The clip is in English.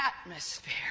atmosphere